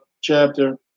chapter